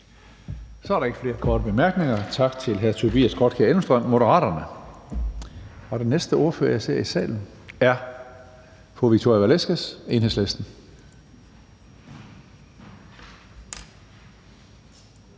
Så er der ikke flere korte bemærkninger. Tak til hr. Tobias Grotkjær Elmstrøm, Moderaterne. Og den næste ordfører, jeg ser i salen, er fru Victoria Velasquez, Enhedslisten.